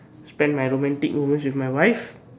spend my romantic moments with my wife